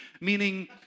meaning